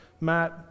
Matt